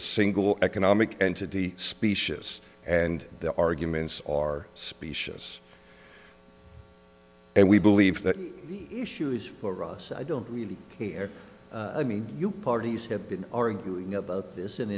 a single economic entity specious and the arguments are specious and we believe that the issue is for us i don't really care i mean you parties have been arguing about this and